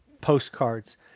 postcards